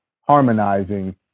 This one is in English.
harmonizing